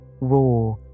raw